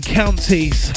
counties